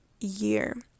year